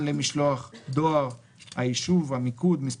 היישוב: ____________ מיקוד: _________________